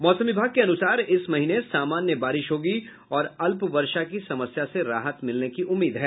मौसम विभाग के अनुसार इस महीने सामान्य बारिश होगी और अल्प वर्षा की समस्या से राहत मिलने की उम्मीद है